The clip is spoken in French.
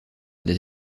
des